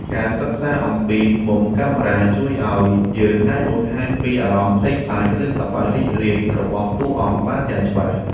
ការសិក្សាអំពីមុំកាមេរ៉ាជួយឱ្យយើងអាចបង្ហាញពីអារម្មណ៍ភ័យខ្លាចឬសប្បាយរីករាយរបស់តួអង្គបានយ៉ាងច្បាស់។